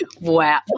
Wow